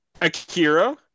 Akira